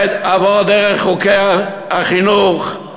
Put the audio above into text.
עבור דרך חוקי החינוך,